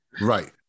Right